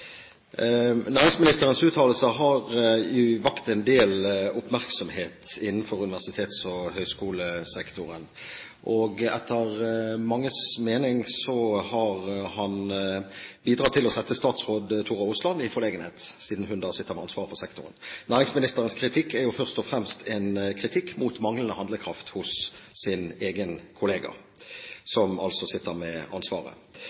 Næringsministerens uttalelser har vakt en del oppmerksomhet innenfor universitets- og høyskolesektoren. Etter manges mening har han bidratt til å sette statsråd Tora Aasland i forlegenhet, siden hun sitter med ansvaret for sektoren. Næringsministerens kritikk er jo først og fremst en kritikk av manglende handlekraft hos hans egen kollega, som altså sitter med ansvaret.